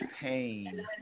pain